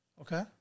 Okay